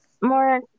more